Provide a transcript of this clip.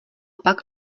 pak